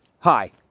Hi